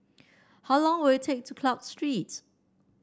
how long will it take to Clarke Street